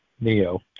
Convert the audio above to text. Neo